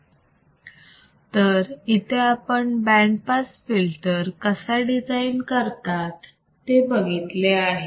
तरी इथे आपण बँड पास फिल्टर कसा डिझाईन करतात ते बघितले आहे